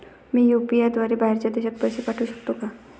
मी UPI द्वारे बाहेरच्या देशात पैसे पाठवू शकतो का?